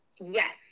Yes